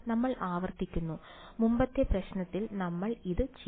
നമ്മൾ ആവർത്തിക്കുന്നു മുമ്പത്തെ പ്രശ്നത്തിൽ നമ്മൾ ഇത് ചെയ്തു